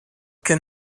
can